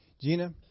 Gina